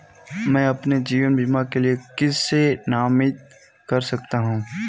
मैं अपने जीवन बीमा के लिए किसे नामित कर सकता हूं?